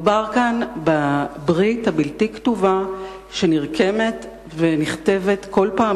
מדובר כאן בברית הבלתי-כתובה שנרקמת ונכתבת כל פעם